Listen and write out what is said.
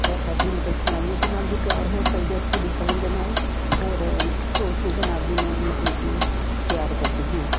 ਇਹ ਕਾਫ਼ੀ ਮਤਲਬ ਸਿਲਾਈਆਂ ਦੇ ਨਾਲ ਵੀ ਤਿਆਰ ਹੋ ਸਕਦੇ ਆ ਅੱਛੇ ਡਿਜਾਈਨ ਦੇ ਨਾਲ ਔਰ ਖਰੋਸ਼ੀਏ ਦੇ ਨਾਲ ਵੀ ਮੈਂ ਮਤਲਬ ਕਿ ਤਿਆਰ ਕਰਦੀ ਹਾਂ